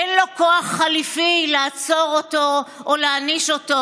אין לו כוח חליפי לעצור אותו או להעניש אותו.